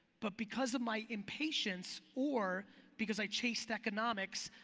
but because of my impatience or because i chased economics,